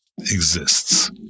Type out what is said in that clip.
exists